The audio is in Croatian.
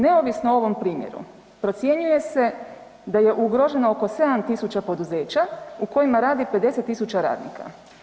Neovisno o ovom primjeru procjenjuje se da je ugroženo oko 7.000 poduzeća u kojima radi 50.000 radnika.